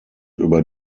über